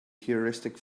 heuristic